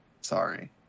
sorry